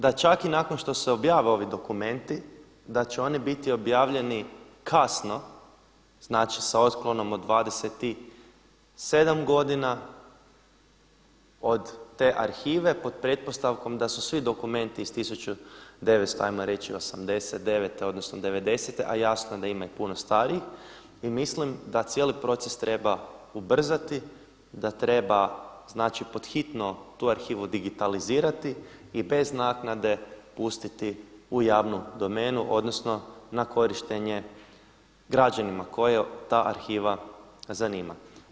Mislim da čak i nakon što se objave ovi dokumenti, da će oni biti objavljeni kasno sa otklonom od 27 godina od te arhive pod pretpostavkom da su svi dokumenti iz 1900 ajmo reći '89. odnosno '90.-te a jasno da ima i puno starijih i mislim da cijeli proces treba ubrzati, da treba pod hitno tu arhivu digitalizirati i bez naknade pustiti u javnu domenu odnosno na korištenje građanima koje ta arhiva zanima.